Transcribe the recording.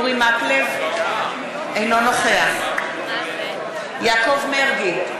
אינו נוכח יעקב מרגי,